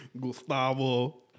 Gustavo